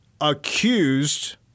accused